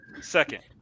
second